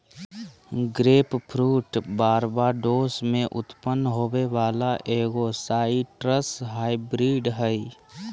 grapefruit Barbados में उत्पन्न होबो वला एगो साइट्रस हाइब्रिड हइ